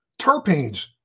terpenes